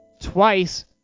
twice